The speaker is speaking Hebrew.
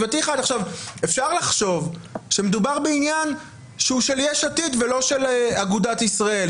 אפשר לחשוב שמדובר בעניין שהוא של יש עתיד ולא של אגודת ישראל,